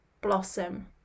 blossom